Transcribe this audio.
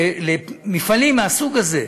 למפעלים מהסוג הזה,